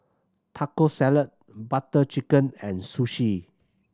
Taco Salad Butter Chicken and Sushi